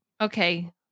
Okay